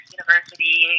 University